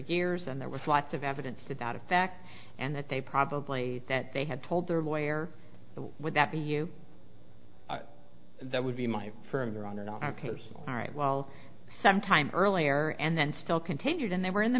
years and there was lots of evidence to that effect and that they probably that they had told their lawyer would that be you that would be my firm they're on our case all right well some time earlier and then still continued and they were in the